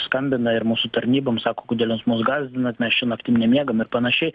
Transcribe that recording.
skambina ir mūsų tarnybom sako kodėl jūs mus gąsdinat mes čia naktim nemiegam ir panašiai